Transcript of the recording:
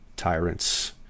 tyrants